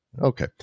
Okay